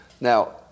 Now